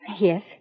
Yes